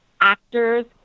actors